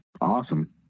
Awesome